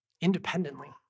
independently